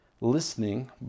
Listening